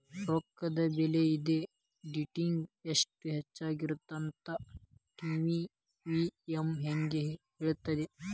ರೊಕ್ಕದ ಬೆಲಿ ಇದ ಡೇಟಿಂಗಿ ಇಷ್ಟ ಹೆಚ್ಚಾಗಿರತ್ತಂತ ಟಿ.ವಿ.ಎಂ ಹೆಂಗ ಹೇಳ್ತದ